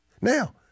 Now